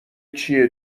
چیه